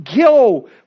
go